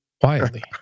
quietly